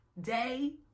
day